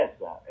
yes